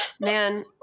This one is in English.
Man